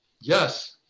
Yes